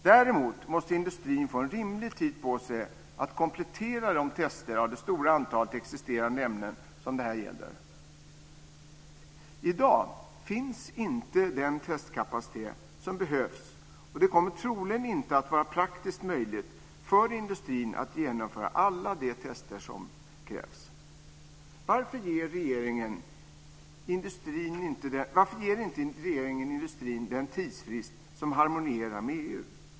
Däremot måste industrin få en rimlig tid på sig att komplettera de test av det stora antal existerande ämnen som det här gäller. I dag finns inte den testkapacitet som behövs, och det kommer troligen inte att vara praktiskt möjligt för industrin att genomföra alla de test som krävs. Varför ger inte regeringen industrin den tidsfrist som harmonierar med EU?